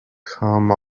come